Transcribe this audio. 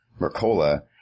Mercola